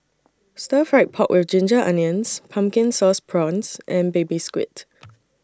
Stir Fried Pork with Ginger Onions Pumpkin Sauce Prawns and Baby Squid